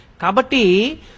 Kabati